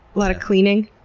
lot of cleaning?